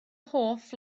hoff